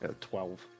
Twelve